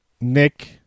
Nick